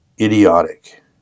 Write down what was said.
idiotic